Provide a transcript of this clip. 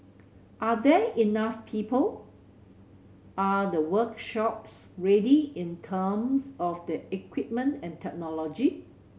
are there enough people are the workshops ready in terms of the equipment and technology